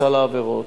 מסל העבירות.